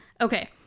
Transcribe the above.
Okay